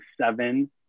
seven